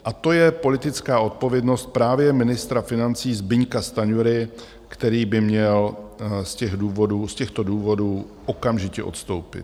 A to je politická odpovědnost právě ministra financí Zbyňka Stanjury, který by měl z těchto důvodů okamžitě odstoupit.